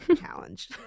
challenge